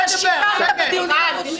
אתה שיקרת בדיונים הקודמים.